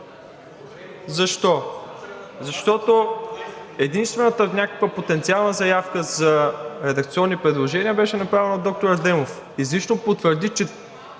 Защо? Защото единствената, някаква потенциална заявка за редакционни предложения беше направена от доктор Адемов. Изрично потвърди, че